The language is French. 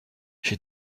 j’ai